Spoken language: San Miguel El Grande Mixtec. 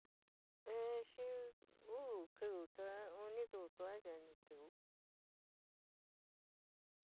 Inn xi uu kiu tua uni kiu tua chi ni tiuu.